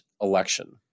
election